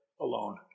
alone